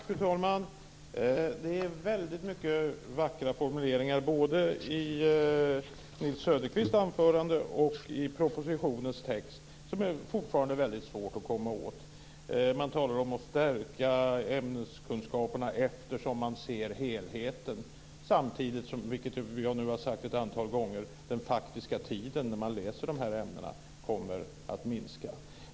Fru talman! Det är vackra formuleringar både i Nils-Erik Söderqvists anförande och i propositionens text som det fortfarande är svårt att komma åt. Man talar om att stärka ämneskunskaperna eftersom man ser helheten, samtidigt som vi ett antal gånger har sagt att den faktiska tiden som man läser ämnena kommer att minska.